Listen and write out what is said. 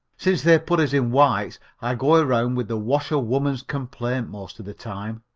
since they've put us in whites i go around with the washer-woman's complaint most of the time.